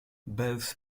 both